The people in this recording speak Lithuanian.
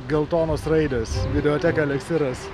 geltonos raidės videoteka eliksyras